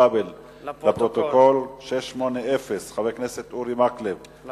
להוראת שעה איננו כולל התייחסות לטוען השרעי,